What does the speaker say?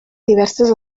diverses